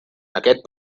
aquest